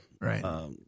right